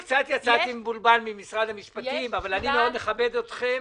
יצאתי מבולבל ממשרד המשפטים אבל אני מכבד אתכם.